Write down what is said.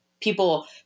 People